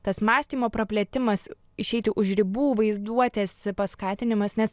tas mąstymo praplėtimas išeiti už ribų vaizduotės paskatinimas nes